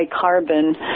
carbon